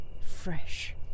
fresh